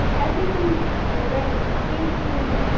everything regarding education,